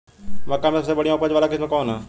मक्का में सबसे बढ़िया उच्च उपज वाला किस्म कौन ह?